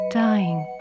dying